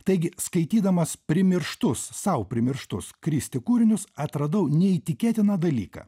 taigi skaitydamas primirštus sau primirštus kristi kūrinius atradau neįtikėtiną dalyką